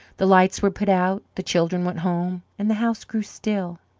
the lights were put out, the children went home, and the house grew still.